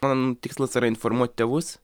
man tikslas yra informuot tėvus